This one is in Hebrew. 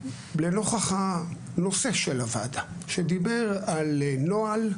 לנוכח הנושא של הוועדה, שדיבר על נוהל.